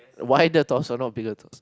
wider torso not bigger torso